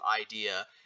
idea